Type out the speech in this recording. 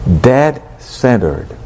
dead-centered